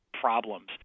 problems